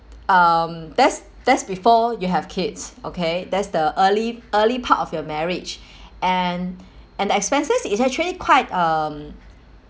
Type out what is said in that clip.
um that's that's before you have kids okay that's the early early part of your marriage and and expenses is actually quite um